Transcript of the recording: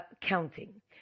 counting